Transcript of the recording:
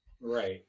right